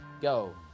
Go